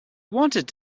wanted